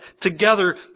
Together